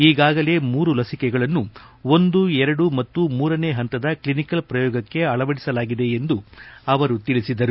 ಕಗಾಗಲೇ ಮೂರು ಲಸಿಕೆಗಳನ್ನು ಒಂದು ಎರಡು ಮತ್ತು ಮೂರನೇ ಪಂತದ ಕ್ಷಿನಿಕಲ್ ಪ್ರಯೋಗಕ್ಕೆ ಅಳವಡಿಸಲಾಗಿದೆ ಎಂದು ಅವರು ಹೇಳಿದರು